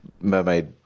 mermaid